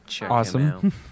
Awesome